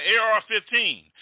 AR-15